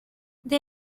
they